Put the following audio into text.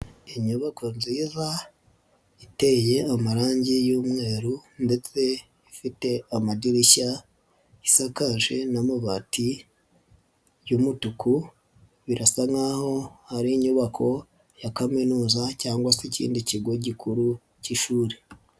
Inyubako nziza iteye amarangi y'umweru ndetse ifite amadirishya isakaje n'amabati y'umutuku birasa nk'aho hari inyubako ya kaminuza cyangwa se ikindi kigo gikuru k'ishuri.